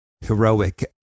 heroic